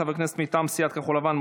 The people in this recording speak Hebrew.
חבר כנסת מטעם סיעת כחול לבן,